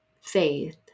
faith